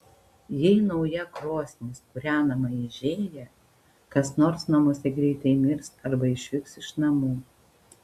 jei nauja krosnis kūrenama aižėja kas nors namuose greitai mirs arba išvyks iš namų